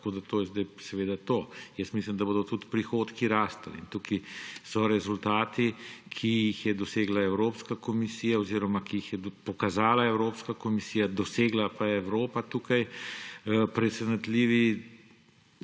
tako da to je zdaj seveda to. Mislim, da bodo tudi prihodki rastli. Tukaj so rezultati, ki jih je dosegla Evropska komisija oziroma ki jih je pokazala Evropska komisija, dosegla pa je Evropa tukaj v presenetljivem